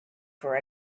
for